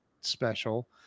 special